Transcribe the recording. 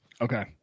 Okay